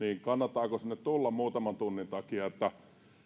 kannattaako sinne tulla muutaman tunnin takia